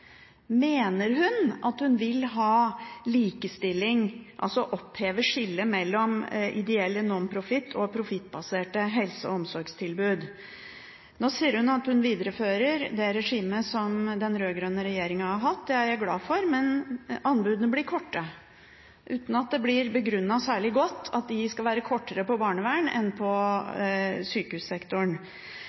Mener hun at hun vil ha likestilling, altså å oppheve skillet mellom ideelle nonprofit og profittbaserte helse- og omsorgstilbud? Nå sier hun at hun viderefører det regimet som den rød-grønne regjeringen har hatt. Det er jeg glad for, men anbudene blir korte uten at det blir begrunnet særlig godt hvorfor de skal være kortere for barnevernsektoren enn for sykehussektoren.